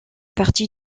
partie